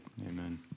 amen